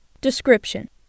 Description